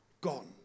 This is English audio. Gone